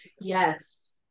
yes